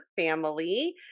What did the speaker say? family